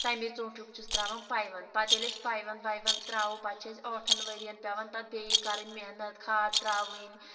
تَمی ژوٗنٛٹھیُٚک چھِس ترٛاوان پایونٛد پَتہٕ ییٚلہِ أسۍ پایونٛد وایونٛد ترٛاوَو پَتہٕ چھِ أسۍ ٲٹھَن ؤریَن پٮ۪وان تَتھ بیٚیہِ کَرٕنۍ محنت کھاد ترٛاوٕنۍ